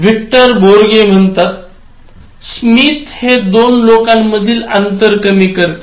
Victor Borge म्हणतात स्मित हे दोन लोकांमधील अंतर कमी करते